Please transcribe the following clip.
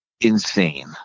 insane